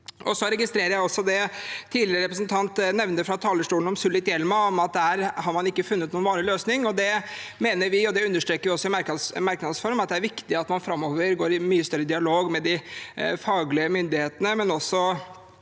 Jeg registrerer også det forrige representant nevnte fra talerstolen, om Sulitjelma, at man der ikke har funnet noen varig løsning. Vi mener, og det understreker vi også i merknads form, at det er viktig at man framover går i mye tettere dialog med de faglige myndighetene,